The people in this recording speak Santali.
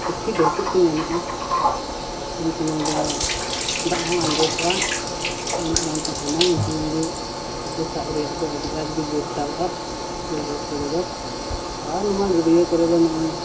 ᱯᱩᱴᱷᱤ ᱰᱟᱹᱲᱠᱟᱹ ᱠᱚ ᱧᱟᱢᱚᱜᱼᱟ ᱩᱱ ᱥᱚᱢᱚᱭ ᱫᱚ ᱫᱟᱜ ᱦᱚᱸ ᱟᱡᱮᱫᱚᱜᱼᱟ ᱩᱱᱟᱹᱜ ᱵᱟᱝ ᱛᱟᱦᱮᱱᱟ ᱩᱱ ᱥᱚᱢᱚᱭ ᱜᱮ ᱦᱟᱹᱠᱩ ᱥᱟᱵ ᱨᱮᱭᱟᱜ ᱫᱚ ᱟᱹᱰᱤ ᱟᱸᱴ ᱜᱮ ᱡᱳᱨᱛᱟᱞᱚᱜᱼᱟ ᱵᱟᱹᱭᱦᱟᱹᱲ ᱠᱚᱨᱮ ᱫᱚ ᱟᱨ ᱱᱚᱣᱟ ᱜᱟᱹᱰᱭᱟᱹ ᱠᱚᱨᱮ ᱫᱚ ᱱᱚᱜᱼᱚᱸᱭ